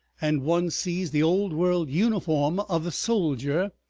and one sees the old-world uniform of the soldier,